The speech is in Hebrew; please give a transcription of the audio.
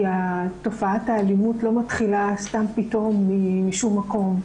תופעת האלימות לא מתחילה סתם פתאום משום מקום.